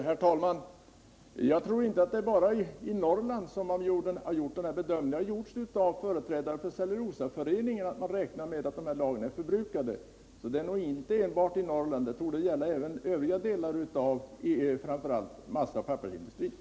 Herr talman! Jag tror inte att det är bara i Norrland som man gjort den bedömningen. Företrädare för Cellulosaföreningen räknar med att lagren är förbrukade inom ett halvår. Det torde alltså gälla även övriga delar av landet och då inom massaoch pappersindustrin.